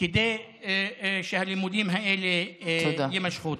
כדי שהלימודים האלה יימשכו.